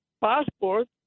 passport